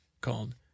called